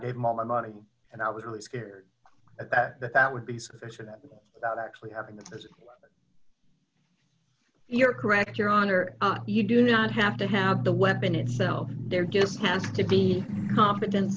gave him all my money and i was really scared at that that that would be sufficient without actually having the you're correct your honor you do not have to have the weapon itself there just has to be competent